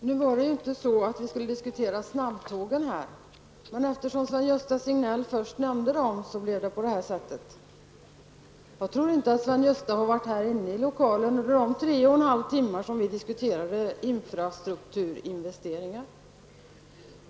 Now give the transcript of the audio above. Fru talman! Nu var det inte snabbtågen vi skulle diskutera, men eftersom Sven-Gösta Signell nämnde dem blev det på det här sättet. Jag tror inte att Sven-Gösta Signell var inne i kammaren under de tre och en halv timme som vi diskuterade infrastrukturinvesteringar.